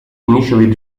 initially